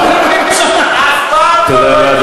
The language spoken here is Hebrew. אף פעם לא.